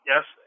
Yes